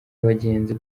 abagenzi